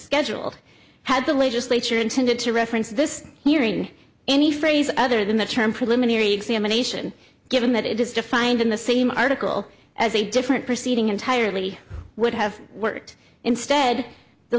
scheduled had the legislature intended to reference this hearing any phrase other than the term preliminary examination given that it is defined in the same article as a different perceiving entirely would have worked instead the